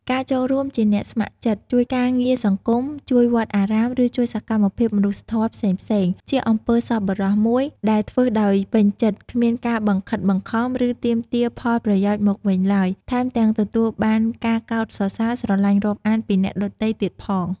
ការចូលរួមជាអ្នកស្ម័គ្រចិត្ត ជួយការងារសង្គម ជួយវត្តអារាម ឬជួយសកម្មភាពមនុស្សធម៌ផ្សេងៗ ជាអំពើសប្បុរសមួយដែលធ្វើដោយពេញចិត្ត គ្មានការបង្ខិតបង្ខំឫទាមទារផលប្រយោជន៍មកវិញទ្បើយ ថែមទាំងទទួលបានការកោតសរសើរ ស្រទ្បាញ់រាប់អានពីអ្នកដទៃទៀតផង។